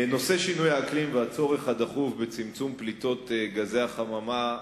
נושא שינוי האקלים והצורך הדחוף בצמצום פליטות גזי החממה,